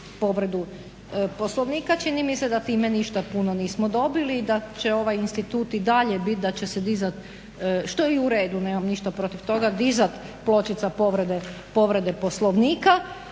povredu Poslovnika. Čini mi se da time ništa puno nismo dobili i da će ovaj institut i dalje biti da će se dizati, što je i u redu, nemam ništa protiv toga, dizati pločica povrede Poslovnika